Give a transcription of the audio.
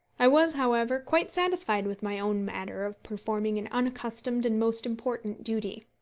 i was, however, quite satisfied with my own manner of performing an unaccustomed and most important duty.